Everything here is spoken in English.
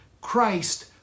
Christ